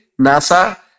NASA